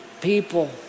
people